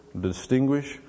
distinguish